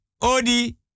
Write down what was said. odi